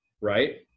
right